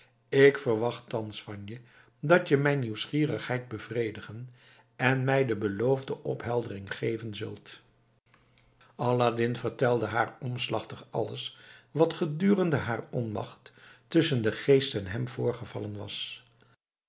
ik verwacht thans van je dat je mijn nieuwsgierigheid bevredigen en mij de beloofde opheldering geven zult aladdin vertelde haar omslachtig alles wat gedurende haar onmacht tusschen den geest en hem voorgevallen was